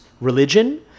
religion